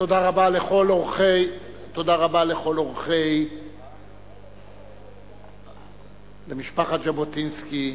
תודה רבה למשפחת ז'בוטינסקי,